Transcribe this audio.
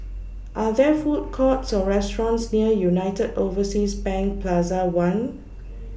Are There Food Courts Or restaurants near United Overseas Bank Plaza one